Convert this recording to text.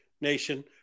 nation